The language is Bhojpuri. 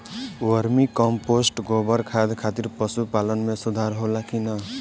वर्मी कंपोस्ट गोबर खाद खातिर पशु पालन में सुधार होला कि न?